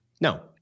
No